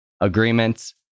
agreements